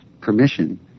permission